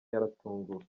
yaratunguwe